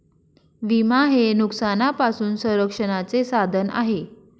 विमा हे नुकसानापासून संरक्षणाचे साधन आहे